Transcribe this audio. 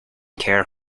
care